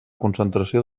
concentració